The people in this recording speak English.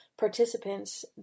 participants